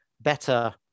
better